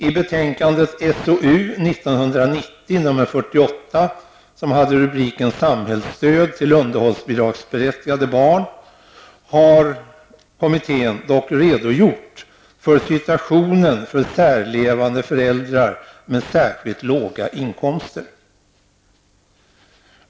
I betänkandet SOU 1990:48 Samhällsstöd till underhållsbidragsberättigade barn har kommittén redogjort för situationen för särlevande föräldrar med särskilt låga inkomster.